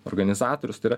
organizatorius tai yra